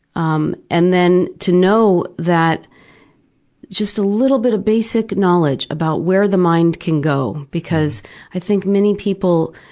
um and then to know that just a little bit of basic knowledge about where the mind can go, because i think many people,